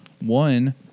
One